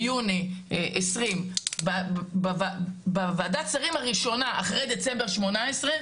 ביוני 2020 בוועדת השרים הראשונה שהתכנסה אחרי דצמבר 2018,